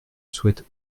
souhaite